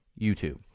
YouTube